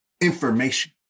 information